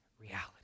reality